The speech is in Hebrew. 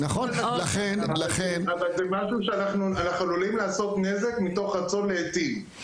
אבל זה משהו שאנחנו עלולים לעשות נזק מתוך רצון להיטיב.